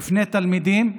בפני תלמידים,